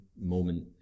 moment